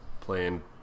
playing